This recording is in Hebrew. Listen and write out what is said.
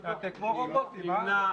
אתם כמו רובוטים, הא,